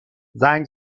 زنگ